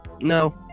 No